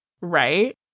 Right